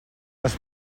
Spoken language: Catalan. les